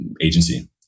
agency